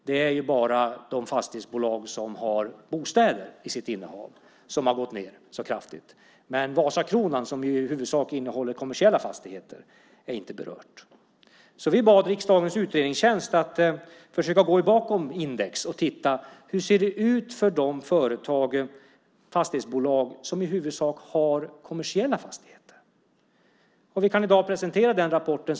Det är bara de fastighetsbolag som har bostäder i sitt innehav som har gått ned så kraftigt. Vasakronan, som i huvudsak innehåller kommersiella fastigheter, är inte berört. Vi bad riksdagens utredningstjänst att försöka gå in bakom index och titta hur det ser ut för de fastighetsbolag som i huvudsak har kommersiella fastigheter, och vi kan i dag presentera den rapporten.